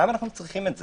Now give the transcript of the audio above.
למה צריכים את זה?